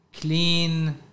clean